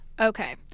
okay